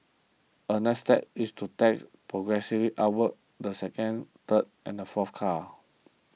a next step is to tax progressively upwards the second third and the fourth car